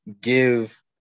give